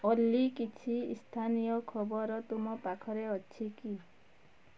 ଅଲ୍ଲୀ କିଛି ସ୍ଥାନୀୟ ଖବର ତୁମ ପାଖରେ ଅଛି କି